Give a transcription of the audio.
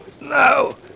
No